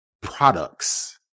products